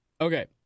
Okay